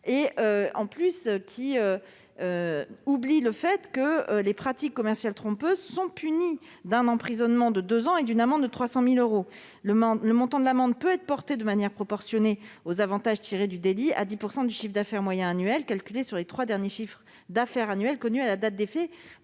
ses promoteurs oublient le fait que les pratiques commerciales trompeuses sont punies de deux ans d'emprisonnement et d'une amende de 300 000 euros. Le montant de l'amende peut être porté, de manière proportionnée aux avantages tirés du délit, à 10 % du chiffre d'affaires moyen annuel, calculé sur les trois derniers chiffres d'affaires annuels connus à la date des